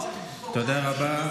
תודה רבה.